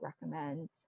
recommend